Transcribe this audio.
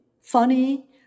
funny